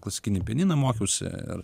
klasikinį pianiną mokiausi